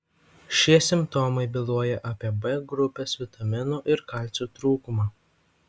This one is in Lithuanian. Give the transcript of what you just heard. šie simptomai byloja apie b grupės vitaminų ir kalcio trūkumą